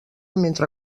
mentre